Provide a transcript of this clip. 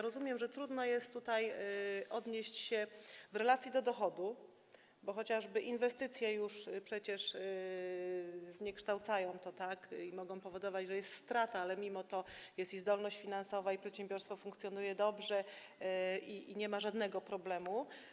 Rozumiem, że trudno jest tutaj odnieść się w relacji do dochodu, bo chociażby inwestycje już to przecież zniekształcają i mogą powodować, że jest strata, ale mimo to jest i zdolność finansowa, i przedsiębiorstwo funkcjonuje dobrze, i nie ma żadnego problemu.